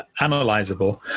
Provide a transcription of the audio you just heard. analyzable